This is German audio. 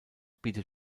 bietet